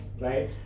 right